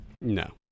no